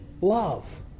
love